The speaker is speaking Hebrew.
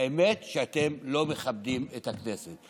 והאמת שאתם לא מכבדים את הכנסת.